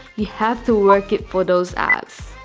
you have to work it for those abs